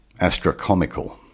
astrocomical